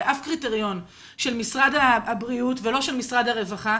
באף קריטריון של משרד הבריאות ולא של משרד הרווחה,